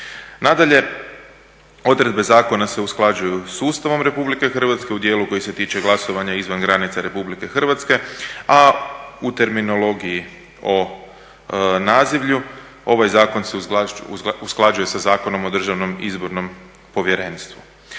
Nadalje, odredbe zakona se usklađuju s Ustavom Republike Hrvatske u dijelu koji se tiče glasovanja izvan granica Republike Hrvatske, a u terminologiji o nazivlju ovaj zakon se usklađuje sa Zakonom o Državnom izbornom povjerenstvu.